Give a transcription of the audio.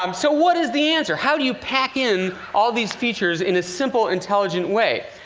um so what is the answer? how do you pack in all these features in a simple, intelligent way?